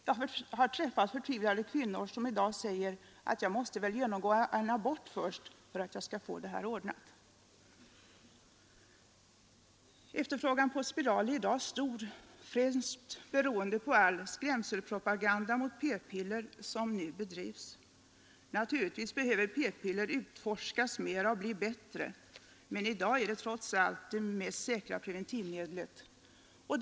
Jag har träffat förtvivlade kvinnor som i dag säger: ”Jag måste väl genomgå abort först för att få detta ordnat.” Efterfrågan på spiraler är stor, främst beroende på all skrämselpropagande mot p-piller som nu bedrivs. Naturligtvis behöver p-piller utforskas mera och bli bättre, men i dag är trots allt detta preventivmedel det säkraste.